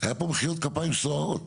,היו פה מחיאות כפיים סוערות